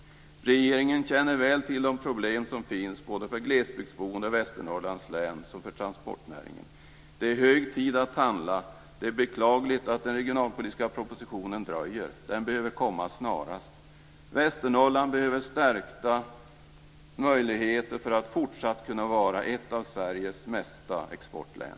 Regeringen känner väl till de problem som finns både för glesbygdsboende i Västernorrlands län och för transportnäringen. Det är hög tid att handla. Det är beklagligt att den regionalpolitiska propositionen dröjer. Den behöver komma snarast. Västernorrland behöver stärkta möjligheter för att kunna fortsätta att vara ett av Sverige största exportlän.